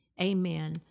Amen